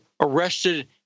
arrested